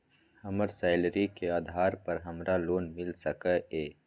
हमर सैलरी के आधार पर हमरा लोन मिल सके ये?